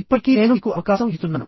ఇప్పటికీ నేను మీకు అవకాశం ఇస్తున్నాను